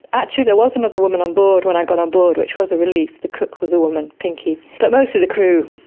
actually there was another woman on board when i got on board which was a relief, the cook was a woman, pinkie. but most of the crew,